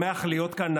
אני שמח להיות כאן.